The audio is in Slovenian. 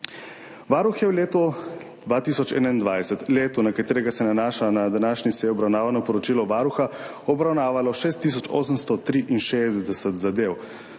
Varuh je v letu 2021, letu, na katero se nanaša na današnji seji obravnavano poročilo Varuha, obravnaval 6 tisoč 863 zadev,